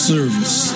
Service